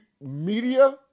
Media